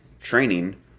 training